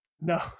No